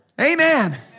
Amen